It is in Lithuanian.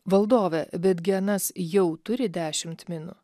valdove betgi anas jau turi dešimt minų